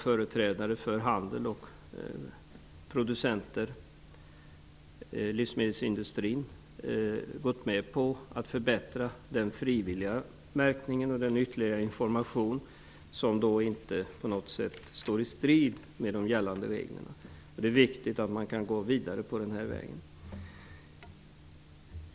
Företrädare för handel, producenter och livmedelsindustrin har gått med på att förbättra den frivilliga märkningen och lämna ytterligare information, något som inte på något sätt står i strid med de gällande reglerna. Det är viktigt att man kan gå vidare på den vägen.